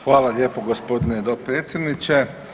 Hvala lijepo gospodine dopredsjedniče.